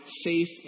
safe